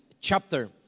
chapter